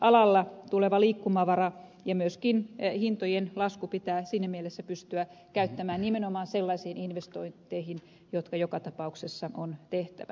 rakennusalalla tuleva liikkumavara ja myöskin hintojen lasku pitää siinä mielessä pystyä käyttämään nimenomaan sellaisiin investointeihin jotka joka tapauksessa on tehtävä